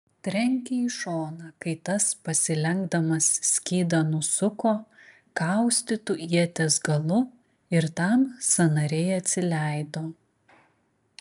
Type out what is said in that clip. trenkė į šoną kai tas pasilenkdamas skydą nusuko kaustytu ieties galu ir tam sąnariai atsileido